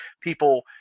people